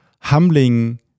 humbling